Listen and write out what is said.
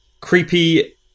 creepy